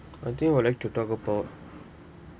I think I'd like to talk about